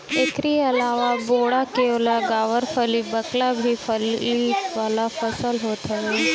एकरी अलावा बोड़ा, केवाछ, गावरफली, बकला भी फली वाला फसल हवे